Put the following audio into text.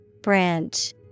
Branch